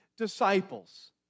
disciples